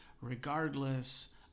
regardless